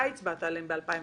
אתה הצבעת עליהם ב-2005.